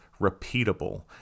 repeatable